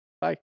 Bye